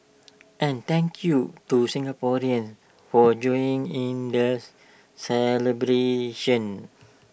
and thank you to Singaporeans for joining in the celebrations